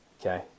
okay